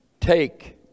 Take